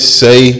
say